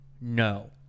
no